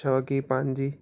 छो की पंहिंजी